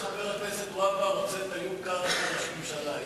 אני חושב שחבר הכנסת והבה רוצה את איוב קרא כראש ממשלה.